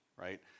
right